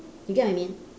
you get what I mean